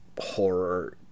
horror